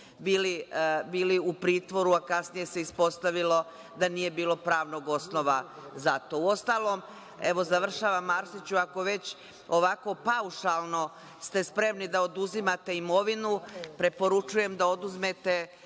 bili u pritvoru, a kasnije se ispostavilo da nije bilo pravnog osnova za to?U ostalom, završavam Arsiću, ako već ovako paušalno ste spremni da oduzimate imovinu, preporučujem da oduzmite